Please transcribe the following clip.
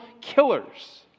killers